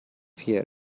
here